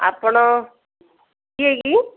ଆପଣ କିଏ କି